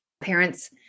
parents